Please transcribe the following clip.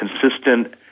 consistent